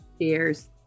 Cheers